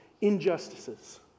injustices